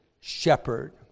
shepherd